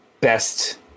best